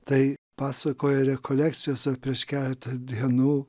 tai pasakoja rekolekcijose prieš keleta dienų